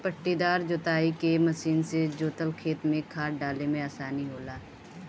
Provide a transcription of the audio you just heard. पट्टीदार जोताई के मशीन से जोतल खेत में खाद डाले में आसानी होला